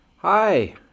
Hi